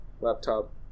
laptop